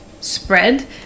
spread